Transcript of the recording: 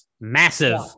massive